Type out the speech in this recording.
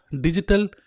digital